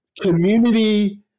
community